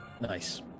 Nice